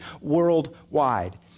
worldwide